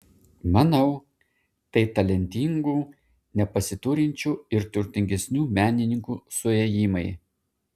manau tai talentingų nepasiturinčių ir turtingesnių menininkų suėjimai